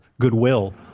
goodwill